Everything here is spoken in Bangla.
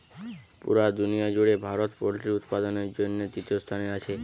পুরা দুনিয়ার জুড়ে ভারত পোল্ট্রি উৎপাদনের জন্যে তৃতীয় স্থানে আছে